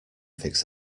fix